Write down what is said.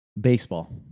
Baseball